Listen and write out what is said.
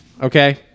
Okay